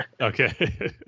Okay